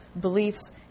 beliefs